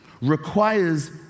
requires